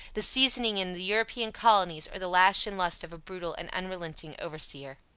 the seasoning in the european colonies, or the lash and lust of a brutal and unrelenting overseer.